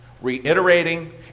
reiterating